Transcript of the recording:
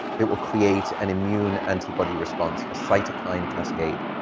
it will create an immune antibody response, a cytokine cascade.